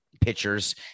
pitchers